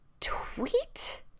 tweet